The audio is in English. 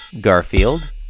Garfield